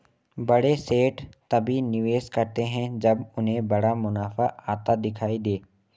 बड़े सेठ तभी निवेश करते हैं जब उन्हें बड़ा मुनाफा आता दिखाई दे